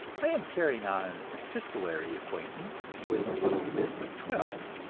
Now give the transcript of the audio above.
i am carrying on an epistolary acquaintance with a little miss of twelve,